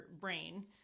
brain